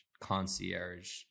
concierge